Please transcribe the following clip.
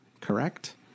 Correct